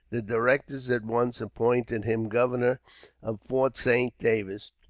the directors at once appointed him governor of fort saint david,